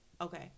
Okay